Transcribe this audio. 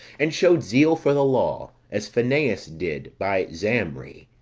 and shewed zeal for the law, as phinees did by zamri,